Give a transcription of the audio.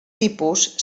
tipus